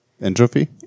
Entropy